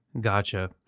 Gotcha